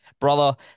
brother